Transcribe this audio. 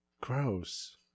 Gross